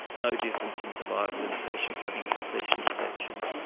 no difference in survival in patients having completion dissection.